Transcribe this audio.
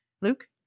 Luke